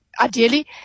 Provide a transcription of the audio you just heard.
ideally